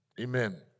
Amen